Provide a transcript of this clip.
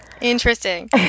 Interesting